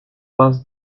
passe